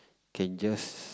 can just